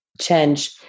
change